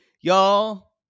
y'all